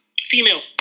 Female